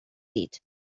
dit